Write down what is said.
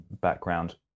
background